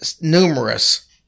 numerous